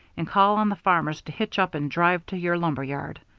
and call on the farmers to hitch up and drive to your lumber yard.